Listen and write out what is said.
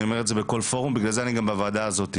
אני אומר את זה בכל פורום ובגלל זה אני גם בוועדה הזאת.